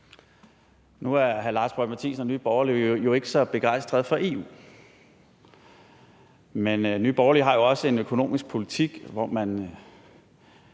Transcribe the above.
Nu er hr. Lars Boje Mathiesen og Nye Borgerlige jo ikke så begejstrede for EU. Men Nye Borgerlige har også en økonomisk politik, hvor man